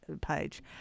page